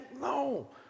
no